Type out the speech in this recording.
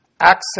access